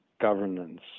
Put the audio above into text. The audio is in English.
governance